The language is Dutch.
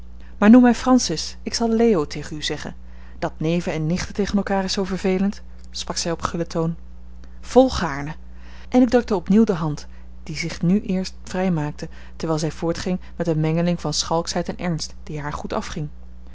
maar noem mij francis ik zal leo tegen u zeggen dat neven en nichten tegen elkaar is zoo vervelend sprak zij op gullen toon volgaarne en ik drukte opnieuw de hand die zich nu eerst vrij maakte terwijl zij voortging met een mengeling van schalkschheid en ernst die haar goed afging